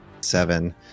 Seven